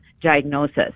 diagnosis